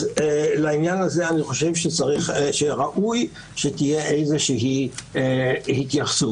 לעניין הזה אני חושב שראוי שתהיה איזה התייחסות.